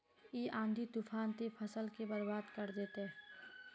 इ आँधी तूफान ते फसल के बर्बाद कर देते?